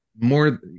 More